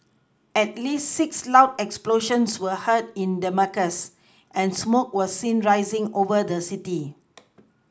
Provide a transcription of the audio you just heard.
at least six loud explosions were heard in Damascus and smoke was seen rising over the city